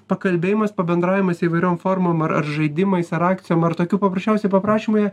pakalbėjimas pabendravimas įvairiom formom ar žaidimais ar akcijom ar tokių paprasčiausiai paprašymų jie